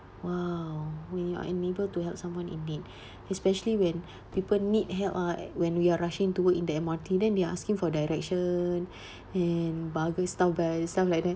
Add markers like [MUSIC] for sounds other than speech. !wow! when you are unable to help someone in need [BREATH] especially when people need help ah when we are rushing to work in the M_R_T then they're asking for direction [BREATH] and stuff like that